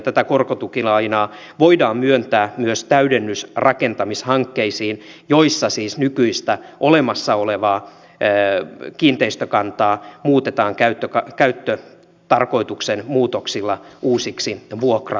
tätä korkotukilainaa voidaan myöntää myös täydennysrakentamishankkeisiin joissa siis nykyistä olemassa olevaa kiinteistökantaa muutetaan käyttötarkoituksen muutoksilla uusiksi vuokra asunnoiksi